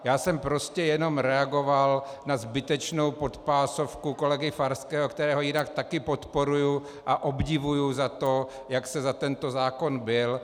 Já jsem prostě jenom reagoval na zbytečnou podpásovku kolegy Farského, kterého jinak taky podporuji a obdivuji za to, jak se za tento zákon bil.